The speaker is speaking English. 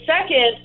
second